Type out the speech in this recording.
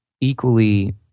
equally